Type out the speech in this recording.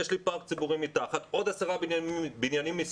מתחת לו יש פארק ציבורי ויש עוד עשרה בניינים מסביב.